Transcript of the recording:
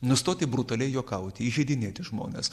nustoti brutaliai juokauti įžeidinėti žmones